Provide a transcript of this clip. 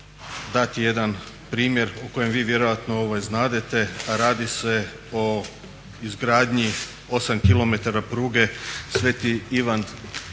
dati jedan primjer o kojem vi vjerojatno znadete a radi se o izgradnji 8 km pruge sv. Ivan